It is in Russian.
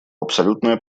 абсолютное